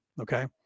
okay